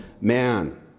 man